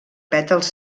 pètals